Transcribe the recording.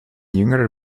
jüngerer